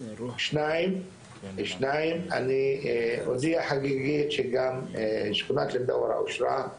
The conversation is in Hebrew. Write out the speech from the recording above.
אני אודיע חגיגית שגם שכונת אלמדורה אושרה,